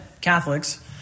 Catholics